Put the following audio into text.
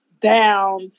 down